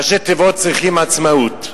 ראשי תיבות: צריכים עצמאות.